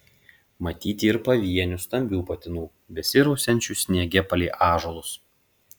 matyti ir pavienių stambių patinų besirausiančių sniege palei ąžuolus